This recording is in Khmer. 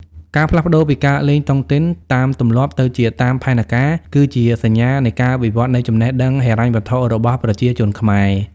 ការផ្លាស់ប្តូរពីការលេងតុងទីន "តាមទម្លាប់" ទៅជា "តាមផែនការ" គឺជាសញ្ញានៃការវិវត្តនៃចំណេះដឹងហិរញ្ញវត្ថុរបស់ប្រជាជនខ្មែរ។